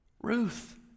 Ruth